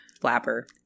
flapper